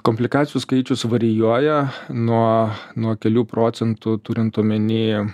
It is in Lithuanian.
komplikacijų skaičius varijuoja nuo nuo kelių procentų turint omeny